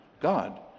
God